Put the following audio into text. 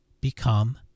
become